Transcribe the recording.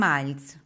Miles